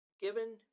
given